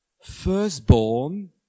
Firstborn